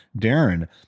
Darren